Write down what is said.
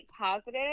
positive